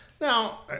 Now